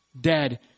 dead